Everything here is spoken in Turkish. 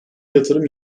yatırım